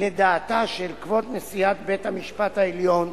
לדעתה של כבוד נשיאת בית-המשפט העליון,